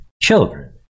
children